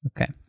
Okay